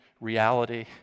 reality